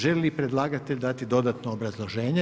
Želi li predlagatelj dati dodatno obrazloženje?